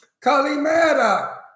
Kalimera